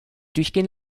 durchgehen